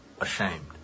ashamed